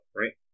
right